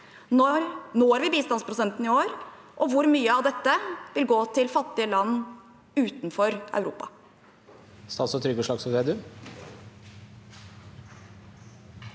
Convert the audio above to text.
Når vi bistandsprosenten i år, og hvor mye av dette vil gå til fattige land utenfor Europa?